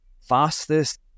fastest